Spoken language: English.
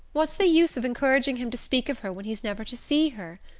what's the use of encouraging him to speak of her when he's never to see her?